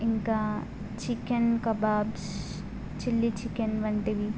ఇంకా chicken kebabs chilli chicken వంటివి